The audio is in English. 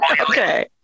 Okay